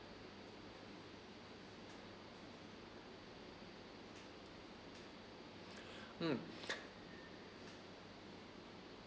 mm